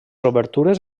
obertures